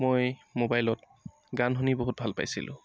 মই মোবাইলত গান শুনি বহুত ভাল পাইছিলোঁ